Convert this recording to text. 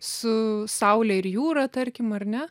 su saule ir jūra tarkim ar ne